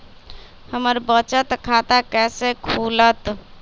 हमर बचत खाता कैसे खुलत?